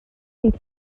dydd